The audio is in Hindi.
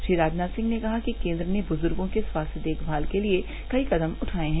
श्री राजनाथ सिंह ने कहा कि केन्द्र ने बज़र्गों की स्वास्थ देखनाल की लिए कई कदम उठाए है